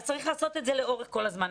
אז צריך לעשות את זה לאורך כל הזמן.